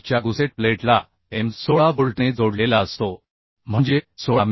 च्या गुसेट प्लेटला m 16 व्होल्टने जोडलेला असतो म्हणजे 16 मि